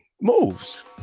moves